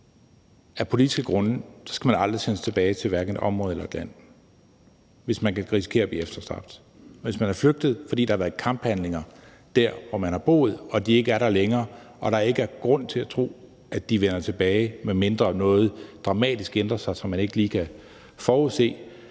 af politiske grunde, skal man aldrig sendes tilbage til hverken området eller landet, hvis man kan risikere at blive efterstræbt, men man skal sendes tilbage, hvis man er flygtet, fordi der har været kamphandlinger dér, hvor man har boet, og de ikke er der længere og der ikke er grund til at tro, at de vender tilbage, medmindre noget dramatisk ændrer sig, som ikke lige kan forudses.